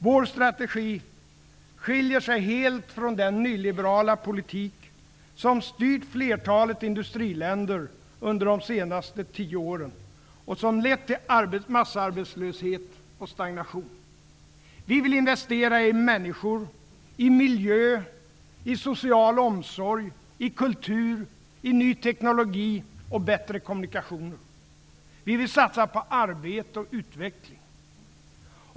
Vår strategi skiljer sig helt från den nyliberala politik som styrt flertalet industriländer under de senaste tio åren och som lett till massarbetslöshet och stagnation. Vi vill investera i människor, i miljö, i social omsorg, i kultur, i ny teknologi och bättre kommunikationer. Vi vill satsa på arbete och utveckling.